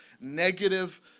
negative